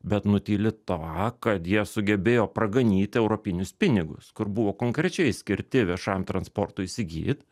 bet nutyli tą kad jie sugebėjo praganyti europinius pinigus kur buvo konkrečiai skirti viešajam transportui įsigyt